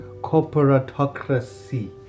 Corporatocracy